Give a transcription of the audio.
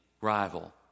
rival